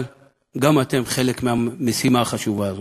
אבל גם אתם חלק מהמשימה החשובה הזאת.